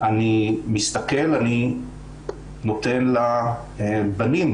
אני מסתכל ונותן לבנים,